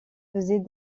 faisait